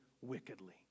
wickedly